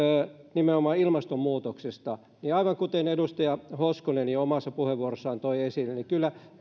nimenomaan ilmastonmuutoksesta aivan kuten edustaja hoskonen jo omassa puheenvuorossaan toi esille niin kyllä